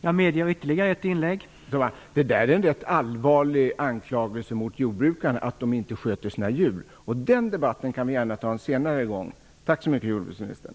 Herr talman! Det är en rätt allvarlig anklagelse mot jordbrukarna, att de inte sköter sina djur. Den debatten kan vi gärna ta en annan gång. Tack så mycket, jordbruksministern.